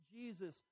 Jesus